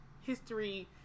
history